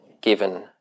given